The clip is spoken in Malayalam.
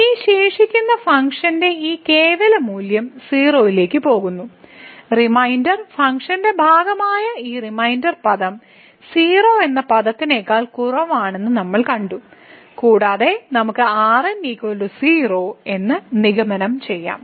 ഈ ശേഷിക്കുന്ന ഫങ്ക്ഷന്റെ ഈ കേവല മൂല്യം 0 ലേക്ക് പോകുന്നു റിമൈൻഡർ ഫങ്ക്ഷന്റെ ഭാഗമായ ഈ റിമൈൻഡർ പദം 0 എന്ന പദത്തെക്കാൾ കുറവാണെന്ന് നമ്മൾ കണ്ടു കൂടാതെ നമുക്ക് എന്ന് നിഗമനം ചെയ്യാം